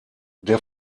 der